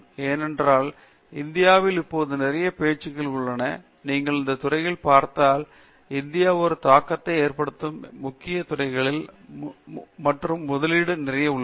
ஏனென்றால் இந்தியாவில் இப்போது நிறையப் பேச்சுக்கள் உள்ளன நீங்கள் அந்த துறைகளில் பார்த்தால் இந்தியா ஒரு தாக்கத்தை ஏற்படுத்தும் முக்கிய துறைகளில் மற்றும் முதலீடு நிறைய உள்ளது